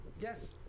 yes